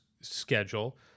schedule